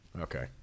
Okay